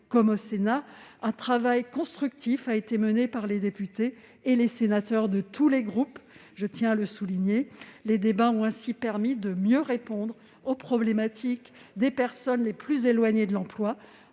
comme au Sénat, un travail constructif a été mené par les députés et les sénateurs de tous les groupes, ce que je tiens à souligner. Les débats ont ainsi permis de mieux répondre aux problématiques des personnes les plus éloignées de l'emploi,